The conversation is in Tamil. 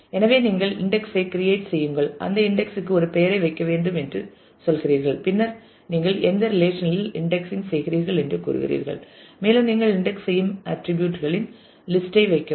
எனவே நீங்கள் இன்டெக்ஸ் ஐ கிரியேட் செய்யுங்கள் அந்த இன்டெக்ஸ் க்கு ஒரு பெயரை வைக்க வேண்டும் என்று சொல்கிறீர்கள் பின்னர் நீங்கள் எந்த ரிலேஷன் இல் இன்டெக்ஸிங் செய்கிறீர்கள் என்று கூறுகிறீர்கள் மேலும் நீங்கள் இன்டெக்ஸ் செய்யும் ஆர்ட்டிரிபியூட் களின் லிஸ்ட் ஐ வைக்கவும்